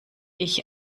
ich